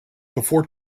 before